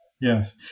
Yes